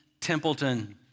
Templeton